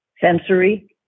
Sensory